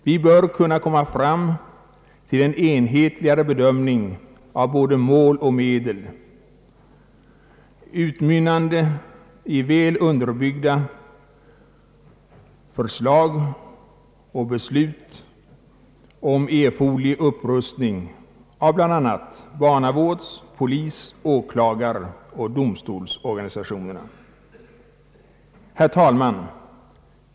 Vi bör kunna komma fram till en enhetligare bedömning av både mål och medel, utmynnande i väl underbyggda förslag och beslut om erforderlig upprustning av bl.a. barnavårds-, polis-, åklagaroch domstolsorganisationerna. Herr talman!